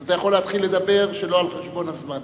אז אתה יכול להתחיל לדבר שלא על חשבון הזמן